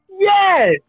Yes